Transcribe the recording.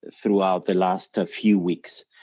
throughout the last few weeks.